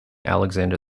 alexander